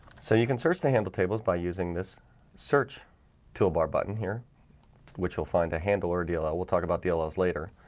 so you can search the handle tables by using this search toolbar button here which will find a handle or deal ah we'll talk about dll's later.